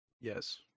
yes